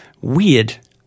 weird